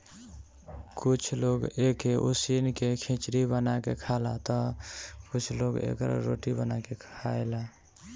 कुछ लोग एके उसिन के खिचड़ी बना के खाला तअ कुछ लोग एकर रोटी बना के खाएला